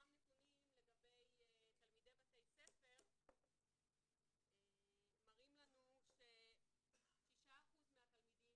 אותם נתונים לגבי תלמידי בתי ספר מראים לנו ש-6% מהתלמידים,